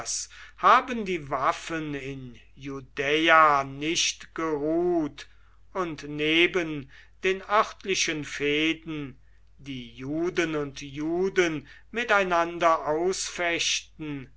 haben die waffen in judäa nicht geruht und neben den örtlichen fehden die juden und juden miteinander ausfechten